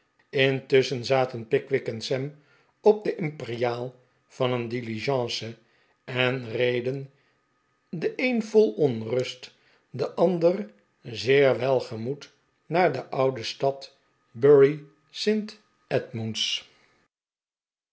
intusschen zaten pickwick en sam op de imperiaal van een diligence en reden de een vol onrust de ander zeer welgemoed naar de oude stad bury st edmunds